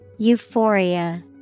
Euphoria